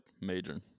major